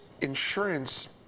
insurance